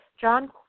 John